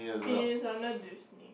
it is under Disney